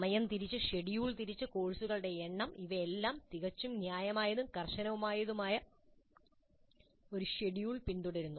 സമയം തിരിച്ച് ഷെഡ്യൂൾ തിരിച്ച് കോഴ്സുകളുടെ എണ്ണം ഇവയെല്ലാം തികച്ചും ന്യായമായതും കർശനവുമായ ഒരു ഷെഡ്യൂൾ പിന്തുടരുന്നു